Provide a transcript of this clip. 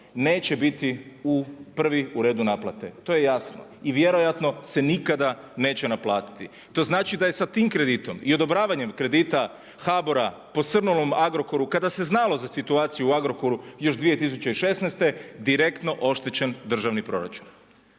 neće biti u prvi u redu naplate, to je jasno i vjerojatno se nikada neće naplatiti. To znači da je sa tim kreditom i odobravanjem kredita HBOR-a posrnulom Agrokoru kada se znalo za situaciju u Agrokoru još 2016. direktno oštećen državni proračun.